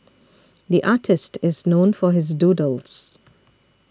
the artist is known for his doodles